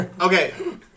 Okay